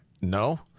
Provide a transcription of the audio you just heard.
No